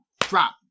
drop